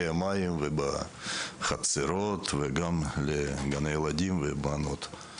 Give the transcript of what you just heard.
בשטחי המים ובחצרות, וגם בגני ילדים ובמעונות.